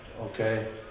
okay